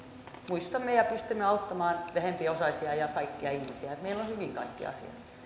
muistamme ja pystymme auttamaan vähempiosaisia ja kaikkia ihmisiä ja että meillä on hyvin kaikki asiat